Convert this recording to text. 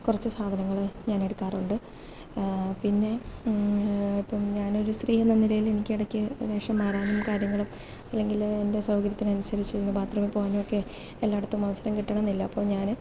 കുറച്ചു സാധനങ്ങൾ ഞാനെടുക്കാറുണ്ട് പിന്നെ ഇപ്പം ഞാനൊരു സ്ത്രീയെന്ന നിലയിൽ എനിക്ക് ഇടയ്ക്കു വേഷം മാറാനും കാര്യങ്ങളും അല്ലെങ്കിൽ എൻ്റെ സൗകര്യത്തിനനുസരിച്ച് ഒന്ന് ബാത്റൂമിൽ പോകാനുമൊക്കെ എല്ലായിടത്തും അവസരം കിട്ടണമെന്നില്ല അപ്പം ഞാൻ